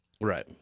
Right